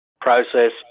Process